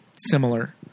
similar